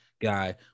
guy